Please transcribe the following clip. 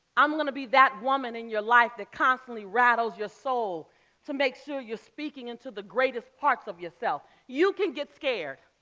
i'm gonna be that woman in your life that constantly rattles your soul to make sure you're speaking into the greatest parts of yourself. you can get scared,